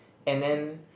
and then